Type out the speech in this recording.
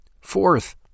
Fourth